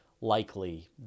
likely